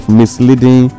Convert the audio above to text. misleading